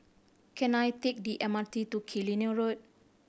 can I take the M R T to Killiney Road